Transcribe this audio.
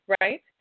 right